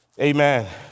amen